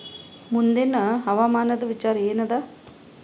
ಮುಂದಿನ ಹವಾಮಾನದ ವಿಚಾರ ಏನದ?